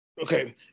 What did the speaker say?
Okay